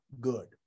good